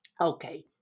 Okay